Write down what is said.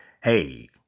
Hey